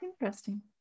Interesting